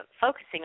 focusing